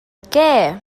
què